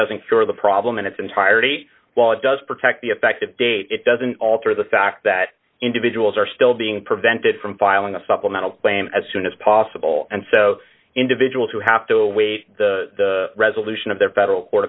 doesn't for the problem in its entirety while it does protect the effective date it doesn't alter the fact that individuals are still being prevented from filing a supplemental plan as soon as possible and so individuals who have to wait the resolution of their federal court